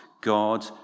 God